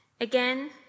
Again